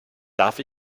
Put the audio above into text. darf